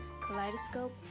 Kaleidoscope